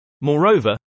Moreover